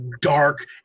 dark